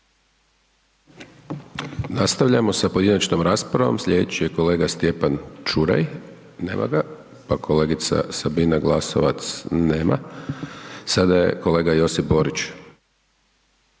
Nastavljamo sa pojedinačnom raspravom. Sljedeći je kolega Stjepan Čuraj. Nema ga, pa kolegica Sabina Glasovac. Nema. Sada je kolega Josip Borić.